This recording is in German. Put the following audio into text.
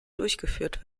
durchgeführt